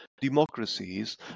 democracies